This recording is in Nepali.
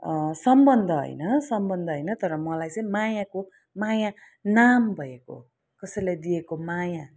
सम्बन्ध होइन सम्बन्ध होइन तर मलाई मायाको माया नाम भएको कसैलाई दिएको माया